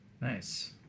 nice